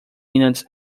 minutes